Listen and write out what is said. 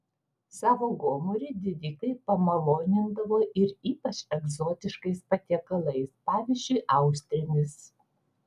savo gomurį didikai pamalonindavo ir ypač egzotiškais patiekalais pavyzdžiui austrėmis